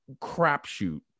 crapshoot